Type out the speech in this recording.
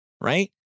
right